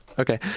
Okay